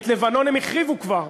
את לבנון הם החריבו כבר,